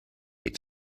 ate